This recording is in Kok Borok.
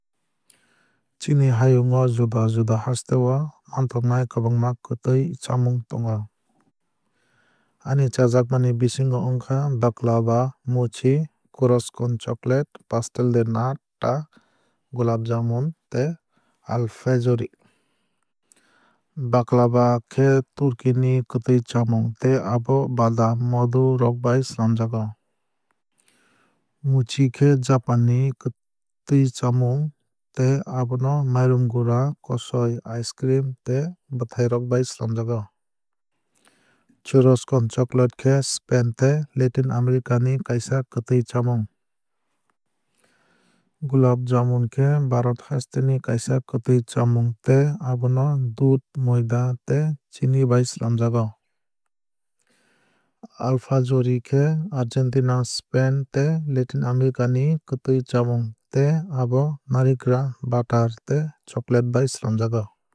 Chini hayung o juda juda hasteo manthoknai kwbangma kwtwui chamung tongo. Ani chajakmani bisingo wngkha baklava mochi churros con chocolate pastel de nata gulab jamun tei alfajore. Baklava khe turkey ni kwtwui chamung tei abo badam modhu rok bai swlajago. Mochi khe japan ni kwtwui chamung tei abono mairum gora kosoi ice cream tei bwthai rok bai swlamjago. Churros con chocolate khe spain tei latin america ni kaisa kwtwui chamung. Gulab jamun khe bharat haste ni kaisa kwtwui chamung tei abono dudh moida tei chini bai swlamjago. Alfajore khe argentina spain tei latin america ni kwtwui chamung tei abo narikra butter tei chocolate bai swlamjago.